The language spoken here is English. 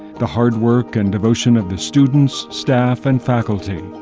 the hard work and devotion of the students, staff and faculty.